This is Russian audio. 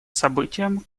событием